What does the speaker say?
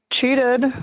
cheated